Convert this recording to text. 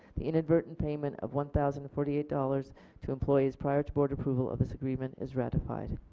the inadvertent payment of one thousand and forty eight dollars to employees prior to board approval of this agreement is ratified.